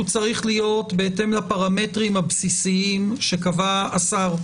הוא צריך להיות בהתאם לפרמטרים הבסיסיים שקבע השר,